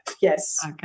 Yes